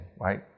right